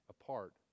apart